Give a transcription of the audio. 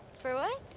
for what?